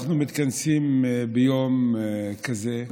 אנחנו מתכנסים ביום כזה,